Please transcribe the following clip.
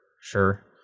Sure